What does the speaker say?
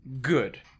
Good